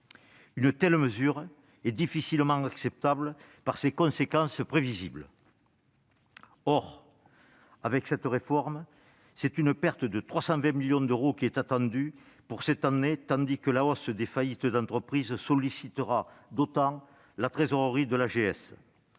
Une telle mesure est difficilement acceptable du fait de ses conséquences prévisibles. Avec cette réforme, une perte de 320 millions d'euros est attendue pour cette année, tandis que la hausse des faillites d'entreprises sollicitera fortement la trésorerie de l'AGS.